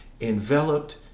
Enveloped